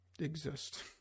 exist